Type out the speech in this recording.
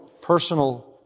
personal